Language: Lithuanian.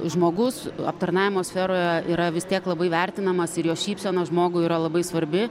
žmogus aptarnavimo sferoje yra vis tiek labai vertinamas ir jo šypsenos žmogui yra labai svarbi